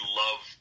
love